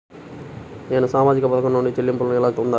నేను సామాజిక పథకం నుండి చెల్లింపును ఎలా పొందాలి?